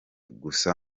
gusa